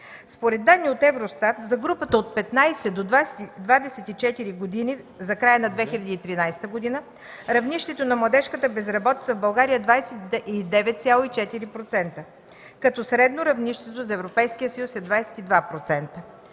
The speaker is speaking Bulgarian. Според данни от Евростат за групата от 15 до 24 години, за края на 2013 г. равнището на младежката безработица в България е 29,4%, като средно равнището за Европейския съюз е 22%.